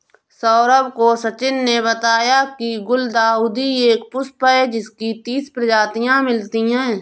सौरभ को सचिन ने बताया की गुलदाउदी एक पुष्प है जिसकी तीस प्रजातियां मिलती है